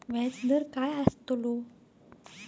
व्याज दर काय आस्तलो?